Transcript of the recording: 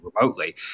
remotely